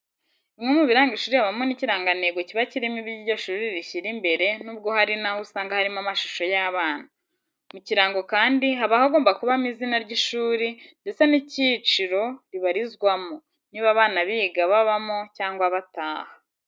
Bimwe mu biranga ishuri habamo n'ikirangantego kiba kirimo ibyo iryo shuri rishyira imbere nubwo hari n'aho usanga harimo amashusho y'abana. Mu kirango kandi haba hagomba kubamo izina ry'ishuri ndetsr n'icyiciro ribarizwamo; niba abana biga babamo cyangwa bataha.